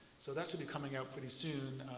so that should be coming out pretty soon.